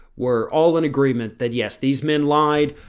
we're all in agreement that yes, these men lied.